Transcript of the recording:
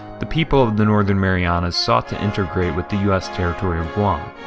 the people of the northern marianas sought to integrate with the u s. territory of guam,